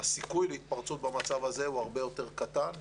הסיכוי להתפרצות במצב הזה הוא הרבה יותר קטן,